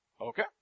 Okay